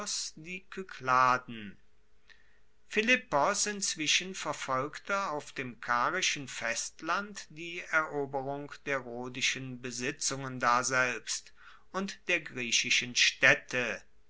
kykladen philippos inzwischen verfolgte auf dem karischen festland die eroberung der rhodischen besitzungen daselbst und der griechischen staedte